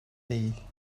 değil